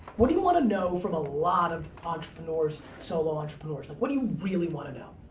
what do you want to know from a lot of entrepreneurs, solo entrepreneurs? like what do you really want to know?